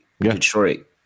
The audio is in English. Detroit